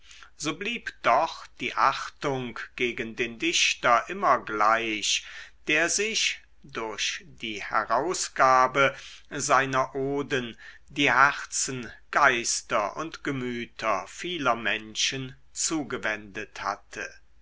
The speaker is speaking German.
so blieb doch die achtung gegen den dichter immer gleich der sich durch die herausgabe seiner oden die herzen geister und gemüter vieler menschen zugewendet hatte